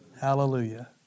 Hallelujah